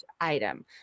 item